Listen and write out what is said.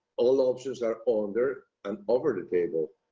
all options are all under and over the table.